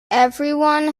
everyone